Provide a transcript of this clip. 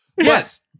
Yes